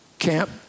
camp